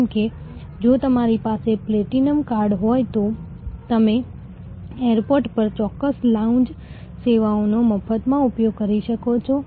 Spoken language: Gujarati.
કારણ કે તેઓ મને યાદ કરે છે મને ઓળખે છે અને તે આ પ્રકારના સામાજિક લાભો છે તમે આનાથી વધુ વિકાસ કરી શકો છો